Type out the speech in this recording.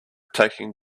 taking